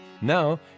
Now